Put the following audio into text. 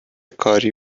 کاری